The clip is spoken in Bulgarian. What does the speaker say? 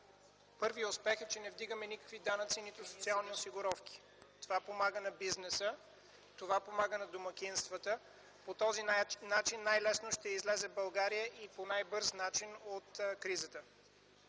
Първият успех е, че не вдигаме никакви данъци, нито социални осигуровки. Това помага на бизнеса, това помага на домакинствата. По този начин най-лесно и бързо България ще излезе от кризата.